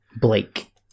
Blake